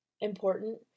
important